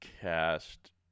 cast